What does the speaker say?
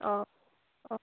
অঁ অঁ